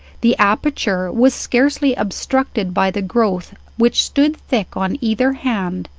the aperture was scarcely obstructed by the growth which stood thick on either hand,